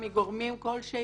מגורמים כלשהם,